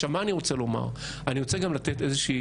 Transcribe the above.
מה אני רוצה לומר, אני רוצה גם לתת איזושהי